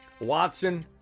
Watson